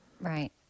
Right